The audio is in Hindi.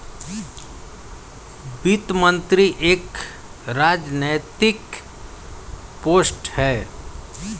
वित्त मंत्री एक राजनैतिक पोस्ट है